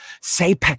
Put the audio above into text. Say